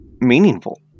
meaningful